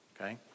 okay